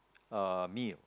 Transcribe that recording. uh meal